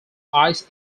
ice